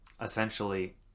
Essentially